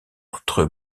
entre